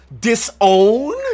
Disown